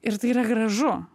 ir tai yra gražu